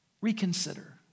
Reconsider